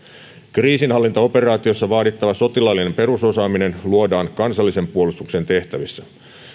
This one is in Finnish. kriisinhallintaoperaatioissa vaadittava sotilaallinen perusosaaminen luodaan kansallisen puolustuksen tehtävissä